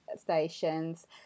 stations